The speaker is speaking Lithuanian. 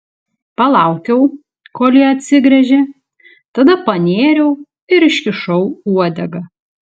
palaukiau kol ji atsigręžė tada panėriau ir iškišau uodegą